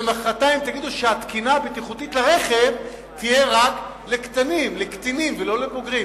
ומחרתיים תגידו שהתקינה הבטיחותית לרכב תהיה רק לקטינים ולא לבוגרים.